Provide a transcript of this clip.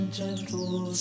gentle